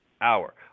hour